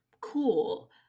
cool